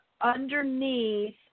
underneath